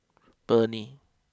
Burnie